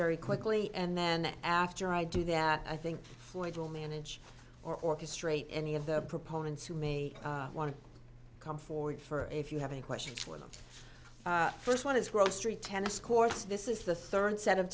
very quickly and then after i do that i think floyd will manage orchestrate any of the proponents who may want to come forward for if you have any questions for the first one is we're at st tennis courts this is the third set